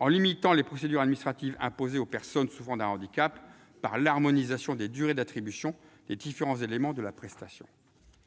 En effet, il tend à limiter les procédures administratives imposées aux personnes souffrant d'un handicap par l'harmonisation des durées d'attribution des différents éléments de la prestation.